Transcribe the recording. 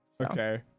Okay